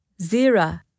Zira